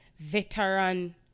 veteran